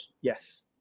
Yes